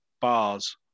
bars